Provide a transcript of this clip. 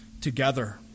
together